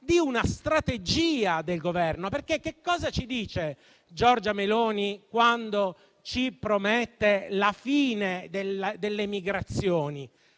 di una strategia del Governo. Cosa ci dice Giorgia Meloni quando ci promette la fine delle migrazioni?